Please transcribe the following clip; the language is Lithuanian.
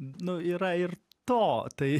nu yra ir to tai